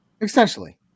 Essentially